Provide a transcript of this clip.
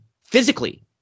physically